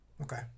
Okay